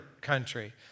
country